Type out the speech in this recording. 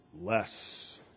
less